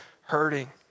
hurting